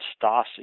Stasi